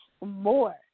more